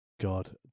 God